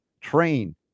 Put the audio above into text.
train